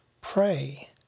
Pray